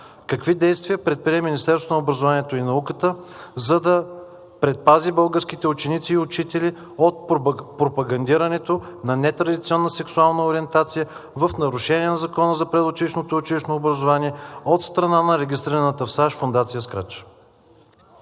какви действия предприе Министерството на образованието и науката, за да предпази българските ученици и учители от пропагандирането на нетрадиционна сексуална ориентация в нарушение на Закона за предучилищното и училищното образование от страна на регистрираната в САЩ фондация